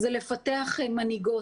לפתח מנהיגות.